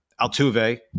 Altuve